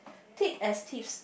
thick as thieves